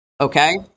Okay